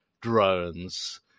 drones